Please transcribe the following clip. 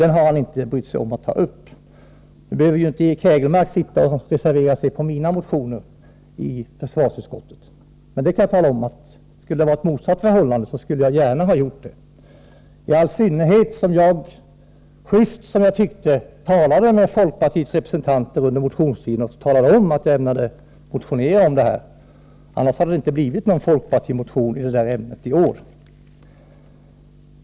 Eric Hägelmark behöver naturligtvis inte reservera sig till förmån för mina motioner i försvarsutskottet, men jag kan tala om att jag gärna skulle ha reserverat mig till förmån för en av hans motioner i ett motsvarande läge. Detta gäller i all synnerhet som jag — helt just, som jag tyckte — talade om för folkpartiets representanter att jag ämnade motionera i frågan. Om jag inte hade gjort det, skulle det inte ha blivit någon folkpartimotion i ämnet i år.